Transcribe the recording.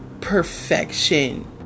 perfection